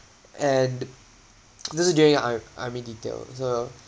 and this is during the ar~ army detail so